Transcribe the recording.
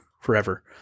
forever